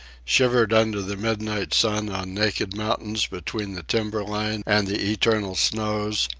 shivered under the midnight sun on naked mountains between the timber line and the eternal snows,